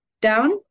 down